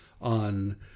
on